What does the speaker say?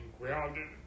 grounded